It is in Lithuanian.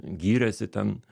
gyrėsi ten